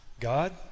God